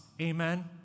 Amen